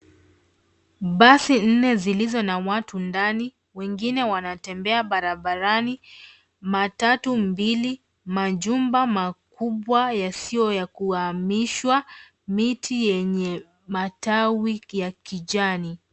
Basi nne zilizo na watu ndani, wengine wanatembea barabarani .Matatu mbili, majumba makubwa yasiyo ya kuhamishwa. Miti yenye matawi ya kijani.